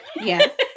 Yes